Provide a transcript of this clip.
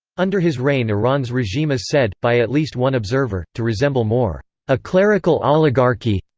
under his reign iran's regime is said by at least one observer to resemble more a clerical oligarchy.